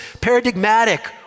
paradigmatic